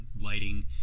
lighting